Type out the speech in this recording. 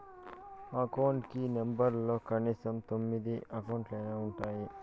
account కి నెంబర్లలో కనీసం తొమ్మిది అంకెలైనా ఉంటాయి